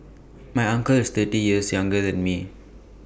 my uncle is thirty years younger than me